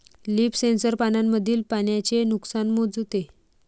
leaf sensor पानांमधील पाण्याचे नुकसान मोजते